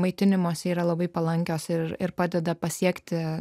maitinimosi yra labai palankios ir ir padeda pasiekti